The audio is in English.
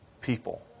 people